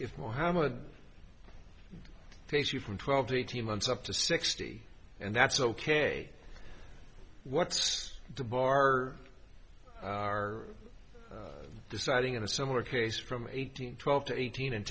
if mohammed takes you from twelve to eighteen months up to sixty and that's ok what's the bar are deciding in a similar case from eighteen twelve to eighteen and